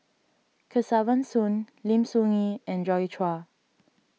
Kesavan Soon Lim Soo Ngee and Joi Chua